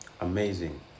Amazing